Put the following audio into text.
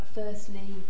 firstly